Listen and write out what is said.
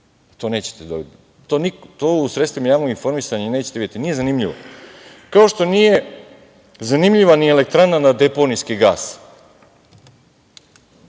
životnu sredinu. To u sredstvima javnog informisanja nećete videti, nije zanimljivo. Kao što nije zanimljiva ni elektrana na deponijski gas,